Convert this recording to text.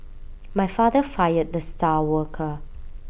my father fired the star worker